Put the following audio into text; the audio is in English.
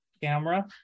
camera